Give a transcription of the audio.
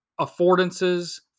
affordances